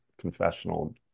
confessional